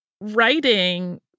writing